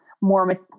more